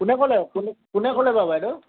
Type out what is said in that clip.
কোনে ক'লে কোনে কোনে ক'লে বাৰু বাইদেউ